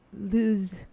lose